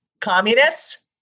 communists